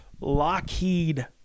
Lockheed